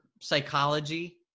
psychology